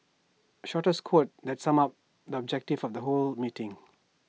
shortest quote that sums up the objective of the whole meeting